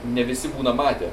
ne visi būna matę